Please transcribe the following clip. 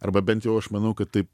arba bent jau aš manau kad tai